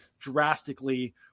drastically